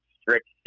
strict